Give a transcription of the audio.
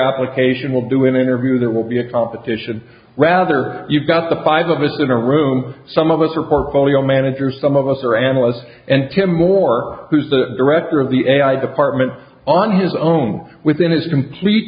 application will do an interview there will be a competition rather you've got the five of us in a room some of us are portfolio managers some of us are analysts and jim moore who's the director of the ai department on his own within his complete